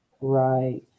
Right